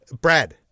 brad